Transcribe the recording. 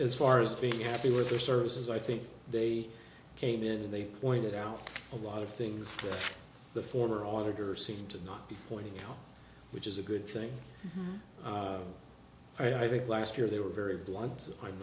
as far as being happy with their services i think they came in and they pointed out a lot of things that the former auditor seemed to not be pointing out which is a good thing i think last year they were very blunt i'm